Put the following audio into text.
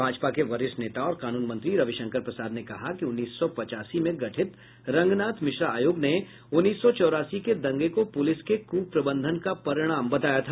भाजपा के वरिष्ठ नेता और कानून मंत्री रविशंकर प्रसाद ने कहा कि उन्नीस सौ पचासी में गठित रंगनाथ मिश्रा आयोग ने उन्नीस सौ चौरासी के दंगे को पुलिस के क्प्रबंधन का परिणाम बताया था